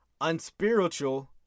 unspiritual